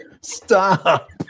stop